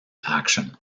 action